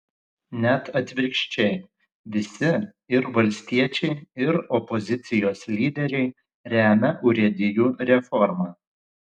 net atvirkščiai visi ir valstiečiai ir opozicijos lyderiai remia urėdijų reformą